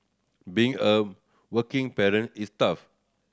being a working parent is tough